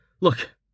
Look